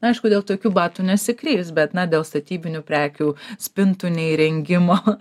na aišku dėl tokių batų nesikreips bet na dėl statybinių prekių spintų neįrengimo